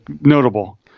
notable